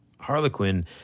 Harlequin